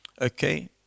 okay